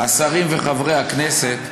השרים וחברי הכנסת,